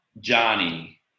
Johnny